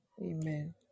Amen